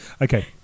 Okay